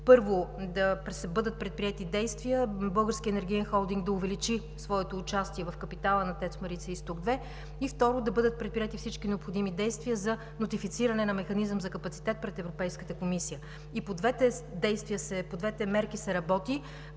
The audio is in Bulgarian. Първо, да бъдат предприети действия Българският енергиен холдинг да увеличи своето участие в капитала на ТЕЦ „Марица-изток 2“ и, второ, да бъдат предприети всички необходими действия за нотифициране на механизъм за капацитет пред Европейската комисия. И по двете мерки се работи,